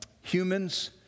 humans